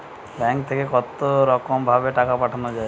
ব্যাঙ্কের থেকে কতরকম ভাবে টাকা পাঠানো য়ায়?